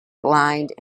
blind